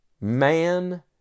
man